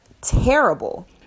terrible